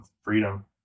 freedom